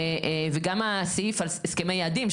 וגם הסעיף על הסכם היעדים,